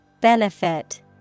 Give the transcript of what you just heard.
Benefit